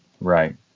right